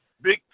big